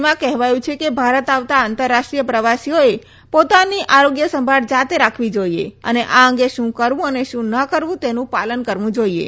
એડવાઈઝરીમાં કહેવાયું છે કે ભારત આવતા આંતરરાષ્ટ્રીય પ્રવાસીઓએ પોતાની આરોગ્ય સંભાળ જાતે રાખવી જોઈએ અને આ અંગે શું કરવું અને શું ન કરવું તેનું પાલન કરવું જોઈએ